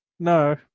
No